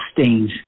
stains